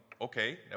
okay